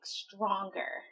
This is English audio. stronger